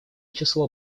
число